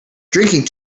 drinking